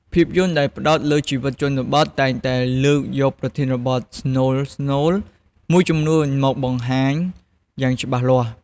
ភាពយន្តដែលផ្តោតលើជីវិតជនបទ តែងតែលើកយកប្រធានបទស្នូលៗមួយចំនួនមកបង្ហាញយ៉ាងច្បាស់លាស់។